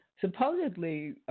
Supposedly